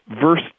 verse